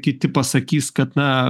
kiti pasakys kad na